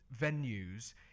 venues